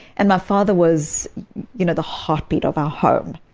and my father was you know the heartbeat of our home,